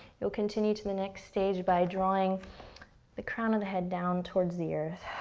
you'll continue to the next stage by drawing the crown of the head down towards the earth,